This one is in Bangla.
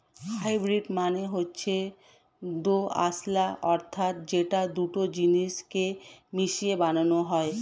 হাইব্রিড মানে হচ্ছে দোআঁশলা অর্থাৎ যেটা দুটো জিনিস কে মিশিয়ে বানানো হয়